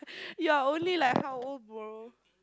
yeah only like how old brother